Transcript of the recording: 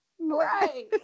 Right